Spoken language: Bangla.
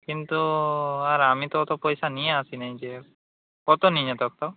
কিন্তু আর আমি তো অত পয়সা নিয়ে আসিনি যে কত নিয়ে যেতে হবে তাও